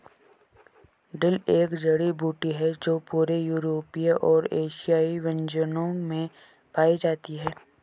dill एक जड़ी बूटी है जो पूरे यूरोपीय और एशियाई व्यंजनों में पाई जाती है